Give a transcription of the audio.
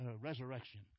resurrection